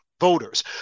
voters